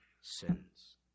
sins